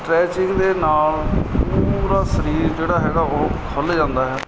stretching ਦੇ ਨਾਲ ਪੂਰਾ ਸਰੀਰ ਜਿਹੜਾ ਹੈਗਾ ਉਹ ਖੁੱਲ੍ਹ ਜਾਂਦਾ ਹੈ